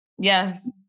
Yes